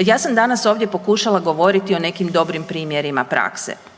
Ja sam danas ovdje pokušala govoriti o nekim dobrim primjerima prakse.